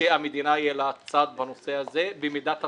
שלמדינה יהיה צד בנושא הזה במידת הצורך.